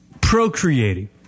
Procreating